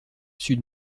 sud